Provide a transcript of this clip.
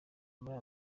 muri